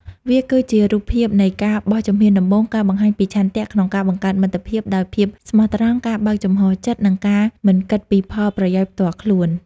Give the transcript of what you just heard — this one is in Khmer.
វាគឺជារូបភាពនៃការបោះជំហានដំបូង ការបង្ហាញពីឆន្ទៈក្នុងការបង្កើតមិត្តភាពដោយភាពស្មោះត្រង់ ការបើកចំហរចិត្ត និងការមិនគិតពីផលប្រយោជន៍ផ្ទាល់ខ្លួន។